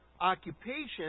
occupation